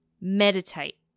meditate